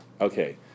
Okay